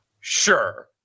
Sure